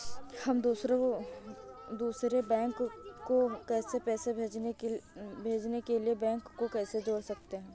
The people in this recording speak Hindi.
हम दूसरे बैंक को पैसे भेजने के लिए बैंक को कैसे जोड़ सकते हैं?